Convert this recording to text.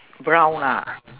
brown lah